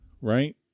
right